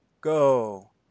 go